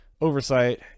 oversight